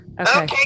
Okay